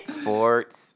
Sports